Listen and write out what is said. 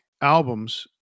albums